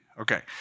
okay